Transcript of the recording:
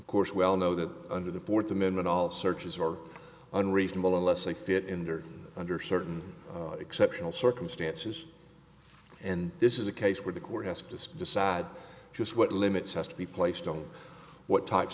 of course we all know that under the fourth amendment all searches are unreasonable unless they fit in there under certain exceptional circumstances and this is a case where the court has to decide just what limits has to be placed on what types